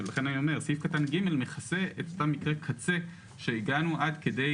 לכן אני אומר שסעיף קטן (ג) מכסה את אותם מקרי קצה שהגענו עד כדי